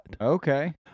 Okay